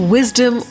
Wisdom